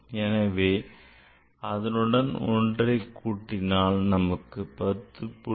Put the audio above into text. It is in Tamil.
எனவே அதனுடன் ஒன்றை கூட்டினால் நமக்கு 10